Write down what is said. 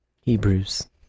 Hebrews